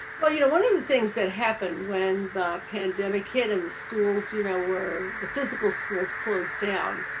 well you know one of the things that happened when the pandemic hit and the schools you know were, the physical schools closed down,